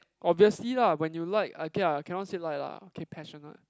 obviously lah when you like okay lah cannot say like lah k passionate